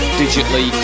digitally